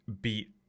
beat